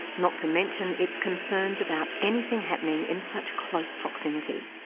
not to mention its concerns about anything happening in such close proximity.